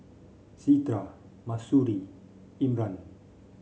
Citra Mahsuri Imran